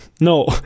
No